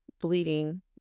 bleeding